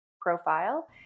profile